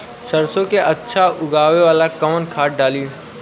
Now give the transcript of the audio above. सरसो के अच्छा उगावेला कवन खाद्य डाली?